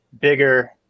bigger